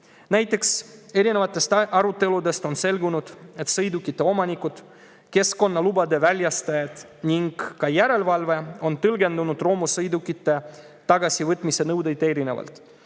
erinevatest aruteludest on selgunud, et sõidukite omanikud, keskkonnalubade väljastajad ning ka järelevalve [tegijad] on tõlgendanud romusõidukite vastuvõtmise nõudeid erinevalt